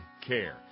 care